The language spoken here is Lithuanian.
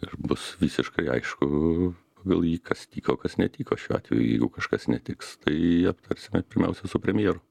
ir bus visiškai aišku pagal jį kas tiko kas netiko šiuo atveju jeigu kažkas netiks tai aptarsime pirmiausia su premjeru